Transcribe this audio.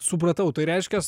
supratau tai reiškias